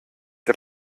der